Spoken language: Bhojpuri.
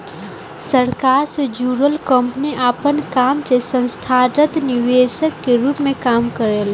सरकार से जुड़ल कंपनी आपन काम संस्थागत निवेशक के रूप में काम करेला